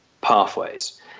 pathways